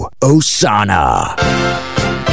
Osana